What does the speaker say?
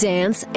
Dance